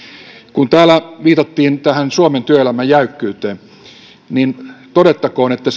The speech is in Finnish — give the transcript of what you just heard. kun täällä viitattiin tähän suomen työelämän jäykkyyteen niin todettakoon että